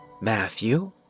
Matthew